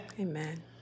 Amen